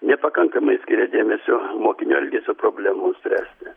nepakankamai skiria dėmesio mokinių elgesio problemoms spręsti